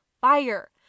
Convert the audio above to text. fire